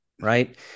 right